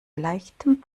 leichtem